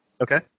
Okay